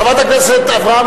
חברת הכנסת אברהם,